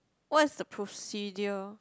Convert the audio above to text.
what is the procedure